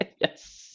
Yes